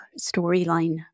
storyline